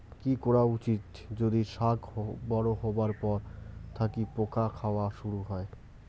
কি করা উচিৎ যদি শাক বড়ো হবার পর থাকি পোকা খাওয়া শুরু হয়?